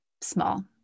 small